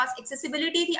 accessibility